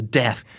death